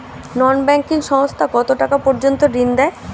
নন banking সংস্থা কতটাকা পর্যন্ত ঋণ দেয়?